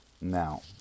Now